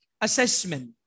Assessment